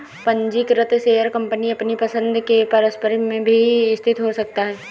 पंजीकृत share company अपनी पसंद के परिसर में भी स्थित हो सकता है